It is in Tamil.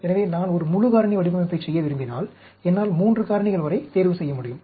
எனவே நான் ஒரு முழு காரணி வடிவமைப்பை செய்ய விரும்பினால் என்னால் 3 காரணிகள் வரை தேர்வு செய்ய முடியும்